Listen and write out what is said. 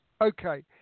Okay